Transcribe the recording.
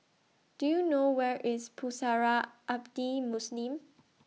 Do YOU know Where IS Pusara Abadi Muslim